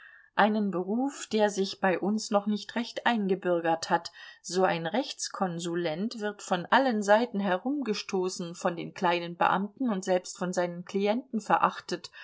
einen beruf der sich bei uns noch nicht recht eingebürgert hat so ein rechtskonsulent wird von allen seiten herumgestoßen von den kleinen beamten und selbst von seinen klienten verachtet